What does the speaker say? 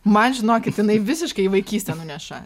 man žinokit jinai visiškai vaikystę nuneša